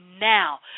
now